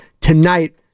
tonight